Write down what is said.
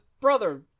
brother